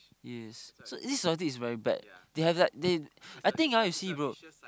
yes it is so this society is very bad they have like they I think ah you see bro